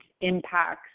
impacts